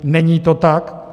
Není to tak.